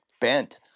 bent